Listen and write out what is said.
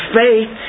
faith